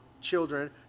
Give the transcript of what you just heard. children